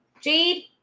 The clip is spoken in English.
Jade